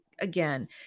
Again